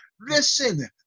Listen